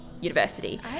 university